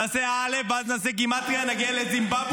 תעשה אל"ף, ואז נעשה גימטרייה, נגיע לזימבבווה.